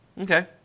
Okay